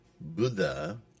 Buddha